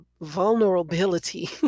vulnerability